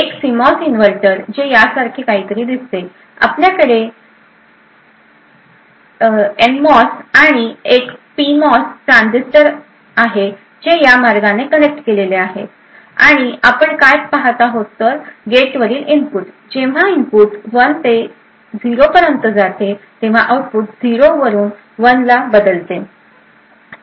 एक CMOS inverter जे यासारखे काहीतरी दिसते आपल्याकडे आणि एनमॉस आणि एक पीमॉस ट्रान्झिस्टर जे या मार्गाने कनेक्ट केलेले आहेत आणि आपण काय काय पहात आहोत तर गेटवरील इनपुट जेव्हा इनपुट 1 ते 0 पर्यंत जाते तेव्हा आउटपुट 0 वरून १ ला बदलते